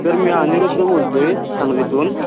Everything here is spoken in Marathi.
सर मी अनिरुद्ध बोलतो आहे सांगलीतून